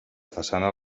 façana